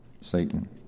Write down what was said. Satan